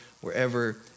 wherever